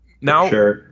Now